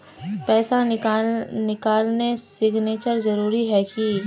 पैसा निकालने सिग्नेचर जरुरी है की?